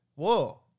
whoa